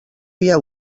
via